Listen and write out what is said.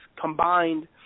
combined